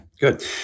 good